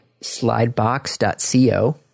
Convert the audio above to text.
slidebox.co